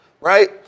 right